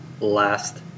last